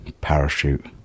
parachute